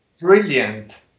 Brilliant